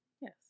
Yes